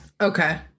Okay